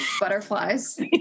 butterflies